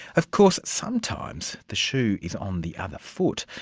of course sometimes the shoe is on the other foot.